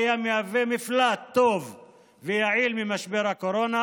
מהווה מפלט טוב ויעיל ממשבר הקורונה,